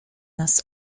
nas